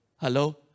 Hello